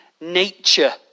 nature